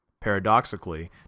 Paradoxically